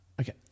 Okay